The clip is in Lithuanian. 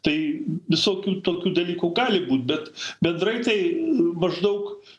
tai visokių tokių dalykų gali būt bet bendrai tai maždaug